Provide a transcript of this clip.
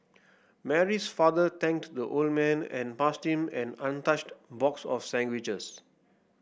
Mary's father thanked the old man and passed him an untouched box of sandwiches